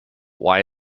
why